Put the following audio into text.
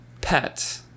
pet